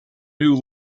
new